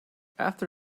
after